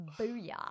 Booyah